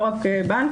לא רק בנקים,